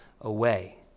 away